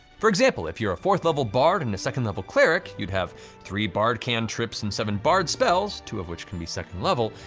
for example, if you're a fourth level bard and the second level cleric, you'd have three bard cantrips and seven bard spells, two of which can be second level,